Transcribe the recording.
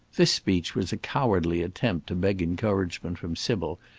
this speech was a cowardly attempt to beg encouragement from sybil,